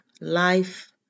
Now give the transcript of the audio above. life